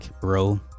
bro